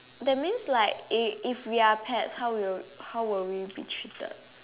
that means like if if we are pets how we'll how will we be treated